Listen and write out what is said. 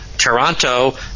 Toronto